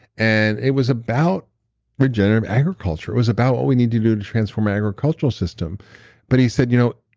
and it was about regenerative agriculture. it was about what we need to do to transform agricultural system but he said, you know,